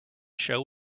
show